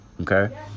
Okay